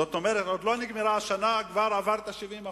זאת אומרת שעוד לא נגמרה שנה והוא כבר עבר את ה-70%.